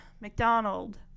McDonald